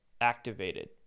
activated